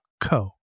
co